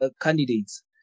candidates